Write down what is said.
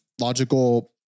logical